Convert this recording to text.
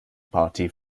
party